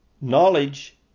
knowledge